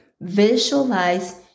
visualize